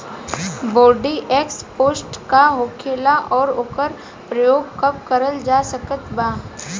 Bordeaux paste का होखेला और ओकर प्रयोग कब करल जा सकत बा?